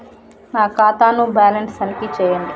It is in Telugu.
నా ఖాతా ను బ్యాలన్స్ తనిఖీ చేయండి?